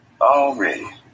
Already